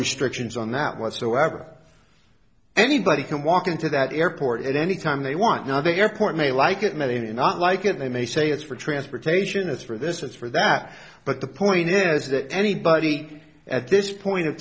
restrictions on that whatsoever anybody can walk into that airport at any time they want now the airport may like it many not like it they may say it's for transportation it's for this it's for that but the point is that anybody at this point of